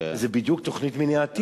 זה בדיוק תוכנית מניעתית.